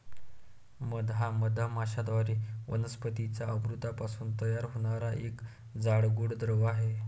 मध हा मधमाश्यांद्वारे वनस्पतीं च्या अमृतापासून तयार होणारा एक जाड, गोड द्रव आहे